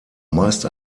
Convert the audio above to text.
meist